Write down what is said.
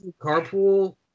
carpool